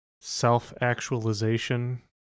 self-actualization